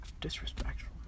Disrespectful